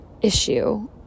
issue